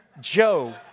Joe